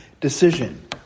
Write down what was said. decision